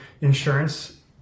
insurance